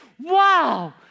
wow